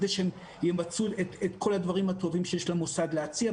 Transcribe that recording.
כדי שימצו את כל הדברים הטובים שיש למוסד להציע.